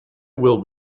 will